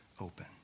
open